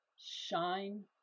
Shine